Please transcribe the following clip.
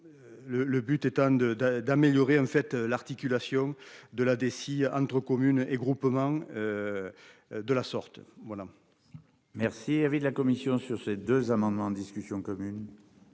le but étant de de d'améliorer en fait l'articulation de la DSI entre communes et groupements. De la sorte. Voilà. Merci avait de la commission sur ces deux amendements en discussion commune.